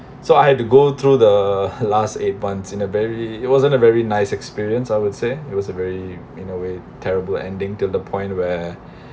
so I had to go through the last eight months in a very it wasn't a very nice experience I would say it was a very in a way terrible ending to the point where